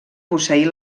posseir